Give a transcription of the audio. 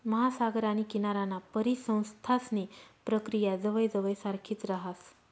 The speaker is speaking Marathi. महासागर आणि किनाराना परिसंस्थांसनी प्रक्रिया जवयजवय सारखीच राहस